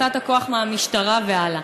הפרטת הכוח מהמשטרה והלאה.